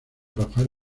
rafael